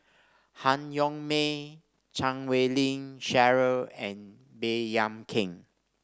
Han Yong May Chan Wei Ling Cheryl and Baey Yam Keng